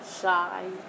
shy